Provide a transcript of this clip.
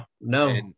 no